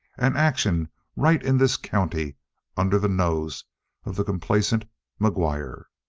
and action right in this county under the nose of the complacent mcguire!